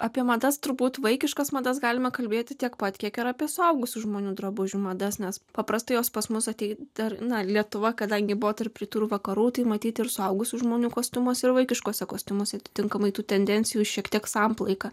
apima tas turbūt vaikiškas madas galima kalbėti tiek pat kiek ir apie suaugusių žmonių drabužių madas nes paprastai jos pas mus ateiti dar nuo lietuva kadangi buvo tarp rytų ir vakarų tai matyti ir suaugusių žmonių kostiumus ir vaikiškose kostiumus atitinkamai tų tendencijų šiek tiek samplaika